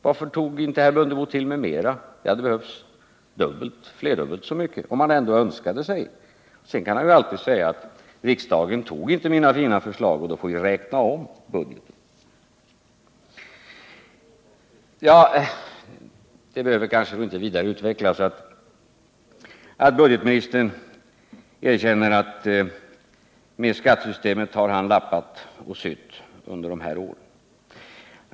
Varför drog inte herr Mundebo till med mera — det hade behövts flerdubbla belopp — när han ändå höll på och önskade? Sedan kan han ju alltid säga att riksdagen inte antog hans fina förslag och att vi därför får räkna om budgeten. Budgetministern erkände att han lappat och sytt på skattesystemet under de här åren.